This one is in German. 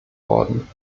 worden